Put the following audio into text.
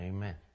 Amen